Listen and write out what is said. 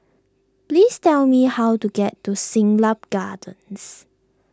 please tell me how to get to Siglap Gardens